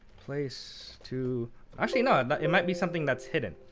place to actually, no, but it might be something that's hidden.